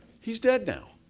he's dead now.